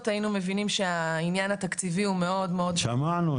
היינו מבינים שהעניין התקציבי הוא מאוד משמעותי.